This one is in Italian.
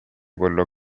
quello